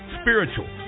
spiritual